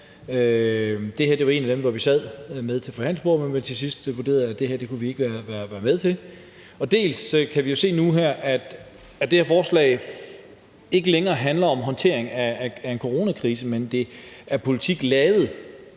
Det her var en af dem, hvor vi så sad med ved forhandlingsbordet, men hvor vi til sidst vurderede, at det her kunne vi ikke være med til. Vi kan jo se nu, at det her forslag ikke længere handler om håndtering af en coronakrise, men at det er politik lavet